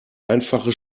einfache